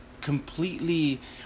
completely